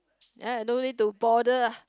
ya don't need to bother ah